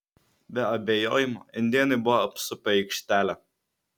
be abejojimo indėnai buvo apsupę aikštelę